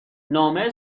نامه